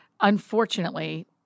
unfortunately